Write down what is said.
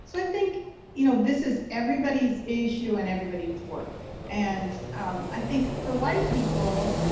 so i think you know this is everybody's issue, and everybody's work, and i think for white people,